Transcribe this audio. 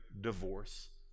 divorce